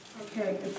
Okay